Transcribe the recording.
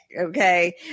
Okay